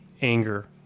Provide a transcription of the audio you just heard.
anger